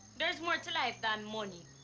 there's more to life than money.